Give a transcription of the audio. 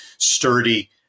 sturdy